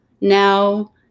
Now